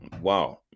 wow